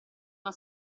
una